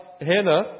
Hannah